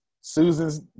Susan's